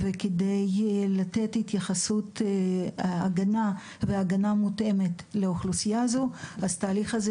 וכדי לתת התייחסות והגנה מותאמת לאוכלוסייה הזו התהליך הזה